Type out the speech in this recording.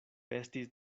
estis